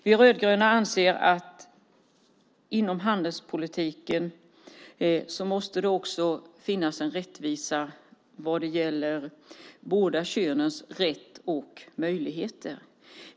Vi rödgröna anser att det inom handelspolitiken också måste finnas en rättvisa vad gäller båda könens rätt och möjligheter.